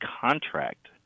contract